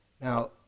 Now